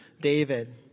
David